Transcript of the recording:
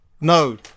No